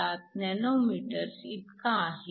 77 nanometers इतका आहे